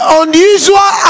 unusual